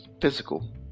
physical